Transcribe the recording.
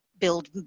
build